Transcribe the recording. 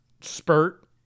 spurt